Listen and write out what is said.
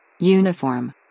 Uniform